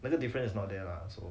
那个 different is not there lah so